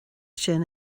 sin